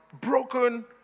broken